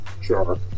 sure